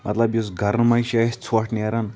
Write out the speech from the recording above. مطلب یُس گَرَن منٛز چھِ اسہِ ژھۄٹھ نیران